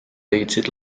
leidsid